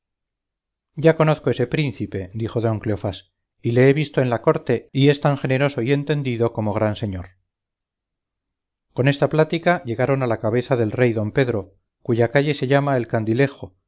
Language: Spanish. ya conozco ese príncipe dijo don cleofás y le he visto en la corte y es tan generoso y entendido como gran señor con esta plática llegaron a la cabeza del rey don pedro cuya calle se llama el candilejo